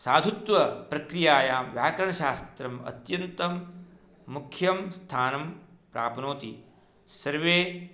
साधुत्वप्रक्रियायां व्याकरणशास्त्रम् अत्यन्तं मुख्यं स्थानं प्राप्नोति सर्वे